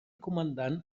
comandant